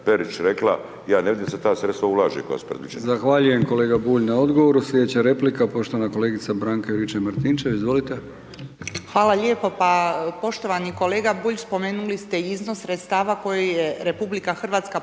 Perić rekla ja ne vidim da se ta sredstva ulaže koja su